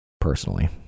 personally